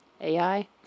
AI